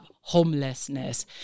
homelessness